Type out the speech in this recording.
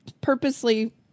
purposely